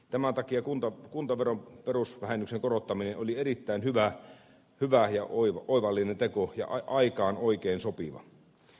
tämän takia kuntaveron perusvähennyksen korottaminen oli erittäin hyvä ja oivallinen teko ja aikaan oikein sopiva